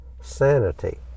sanity